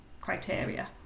criteria